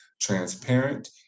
transparent